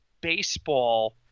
baseball